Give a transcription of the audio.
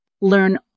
Learn